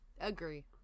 Agree